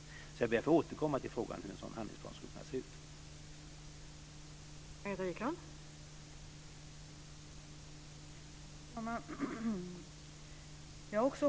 Jag ber därför att få återkomma till frågan om hur en sådan handlingsplan skulle kunna se ut.